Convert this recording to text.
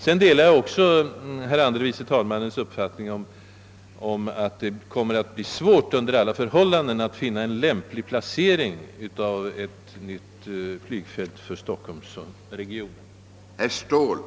Jag delar också herr andre vice talmannens uppfattning att det under alla förhållanden kommer att bli svårt att finna en lämplig placering för ett nytt flygfält för stockholmsregionen.